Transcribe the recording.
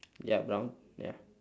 ya brown ya